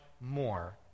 more